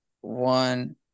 One